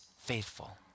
faithful